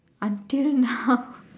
until now